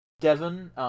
Devon